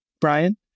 Brian